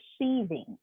receiving